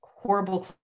horrible